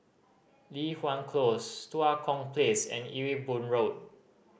Li Hwan Close Tua Kong Place and Ewe Boon Road